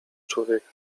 człowieka